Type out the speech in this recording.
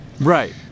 right